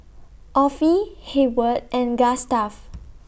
Offie Hayward and Gustav